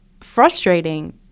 frustrating